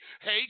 hey